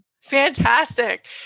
Fantastic